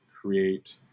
create